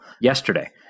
yesterday